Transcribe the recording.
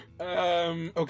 Okay